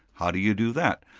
how do you do that?